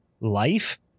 life